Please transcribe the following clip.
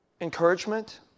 encouragement